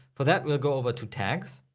for that we'll go over to tags